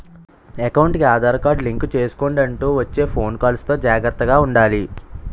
ఎకౌంటుకి Aadhaar card link చేసుకొండంటూ వచ్చే ఫోను కాల్స్ తో జాగర్తగా ఉండాలి